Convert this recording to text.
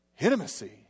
intimacy